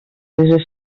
les